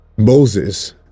Moses